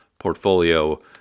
portfolio